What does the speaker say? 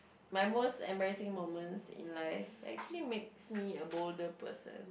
my most embarrassing moments in life actually makes me a bolder person